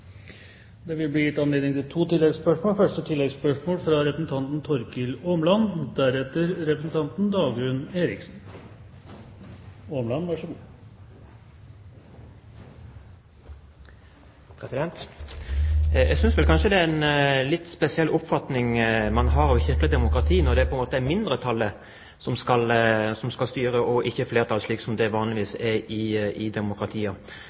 Det vil bli gitt anledning til to oppfølgingsspørsmål – først representanten Torkil Åmland. Jeg synes vel kanskje det er en litt spesiell oppfatning man har på et kirkelig demokrati når det er mindretallet som skal styre og ikke flertallet, slik som det vanligvis er i